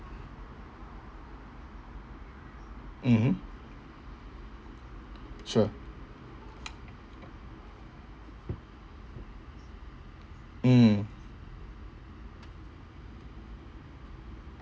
mmhmm sure mm